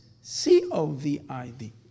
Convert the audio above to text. C-O-V-I-D